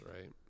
right